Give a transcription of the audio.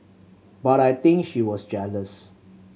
but I think she was jealous